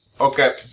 Okay